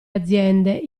aziende